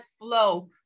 flow